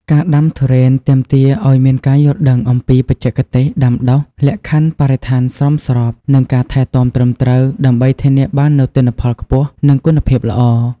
ការដាំទុរេនទាមទារឲ្យមានការយល់ដឹងអំពីបច្ចេកទេសដាំដុះ លក្ខខណ្ឌបរិស្ថានសមស្រប និងការថែទាំត្រឹមត្រូវ ដើម្បីធានាបាននូវទិន្នផលខ្ពស់ និងគុណភាពល្អ។